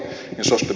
dem